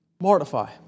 Mortify